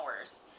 hours